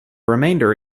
remainder